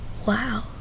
Wow